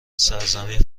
سرزمین